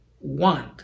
want